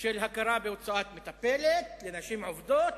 של הכרה בהוצאה למטפלת לנשים עובדות,